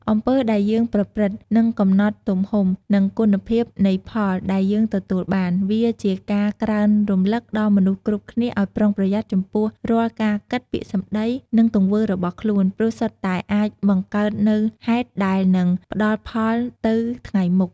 អំពើដែលយើងប្រព្រឹត្ត នឹងកំណត់ទំហំ និងគុណភាពនៃផលដែលយើងទទួលបាន វាជាការក្រើនរំលឹកដល់មនុស្សគ្រប់គ្នាឲ្យប្រុងប្រយ័ត្នចំពោះរាល់ការគិត ពាក្យសម្តី និងទង្វើរបស់ខ្លួន ព្រោះសុទ្ធតែអាចបង្កើតនូវហេតុដែលនឹងផ្តល់ផលទៅថ្ងៃមុខ។